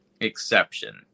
exception